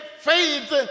faith